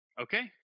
Okay